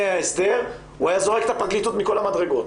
ההסדר הוא היה זורק את הפרקליטות מכל המדרגות